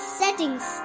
settings